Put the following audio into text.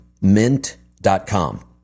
mint.com